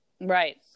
Right